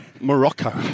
morocco